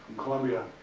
columbia.